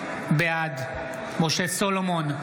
בעד משה סולומון,